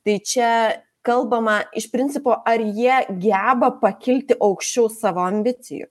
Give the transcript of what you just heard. tai čia kalbama iš principo ar jie geba pakilti aukščiau savo ambicijų